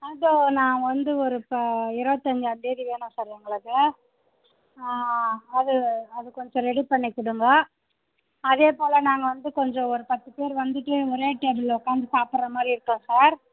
ஆ தோ நான் வந்து ஒரு இப்போ இருபத்தஞ்சாந்தேதி வேணும் சார் எங்களுக்கு அது அது கொஞ்சம் ரெடி பண்ணி கொடுங்க அதே போல் நாங்கள் வந்து கொஞ்சம் ஒரு பத்து பேர் வந்துவிட்டு ஒரே டேபிள்ல உக்கார்ந்து சாப்பிட்ற மாதிரி இருக்கா சார்